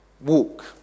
walk